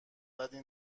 بدی